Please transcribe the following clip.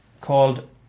called